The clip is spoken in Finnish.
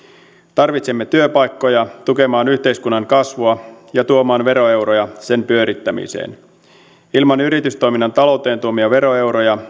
tarvitsemme työpaikkoja tukemaan yhteiskunnan kasvua ja tuomaan veroeuroja sen pyörittämiseen ilman yritystoiminnan talouteen tuomia veroeuroja